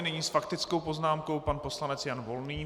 Nyní s faktickou poznámkou pan poslanec Jan Volný.